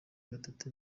gatete